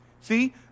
See